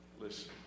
listen